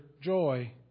joy